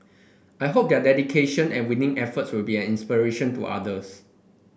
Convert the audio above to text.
I hope their dedication and winning efforts will be an inspiration to others